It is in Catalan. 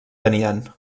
tenien